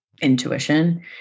intuition